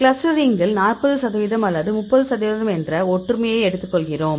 கிளஸ்டரிங்கில் 40 சதவிகிதம் அல்லது 30 சதவீதம் என்ற ஒற்றுமையை எடுத்துக்கொள்கிறோம்